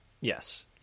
Yes